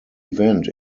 event